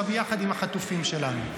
גם יחד עם החטופים שלנו.